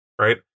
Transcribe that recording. right